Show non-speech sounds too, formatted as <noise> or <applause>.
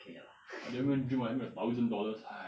K lah <laughs>